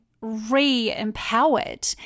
re-empowered